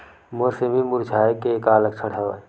मोर सेमी मुरझाये के का लक्षण हवय?